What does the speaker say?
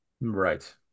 Right